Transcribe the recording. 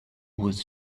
was